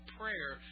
prayer